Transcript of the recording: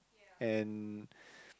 and